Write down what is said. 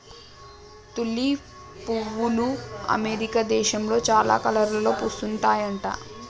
tulip పువ్వులు America దేశంలో చాలా కలర్లలో పూస్తుంటాయట